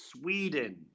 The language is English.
sweden